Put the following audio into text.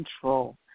control